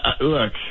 look